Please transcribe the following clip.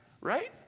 right